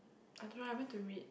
I don't know I haven't to read